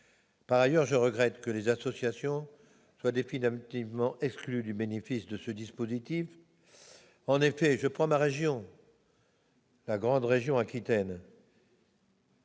Par ailleurs, je regrette que les associations soient définitivement exclues du bénéfice de ce dispositif. En effet, par exemple, ma région, la grande région